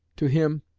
to him,